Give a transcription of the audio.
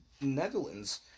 Netherlands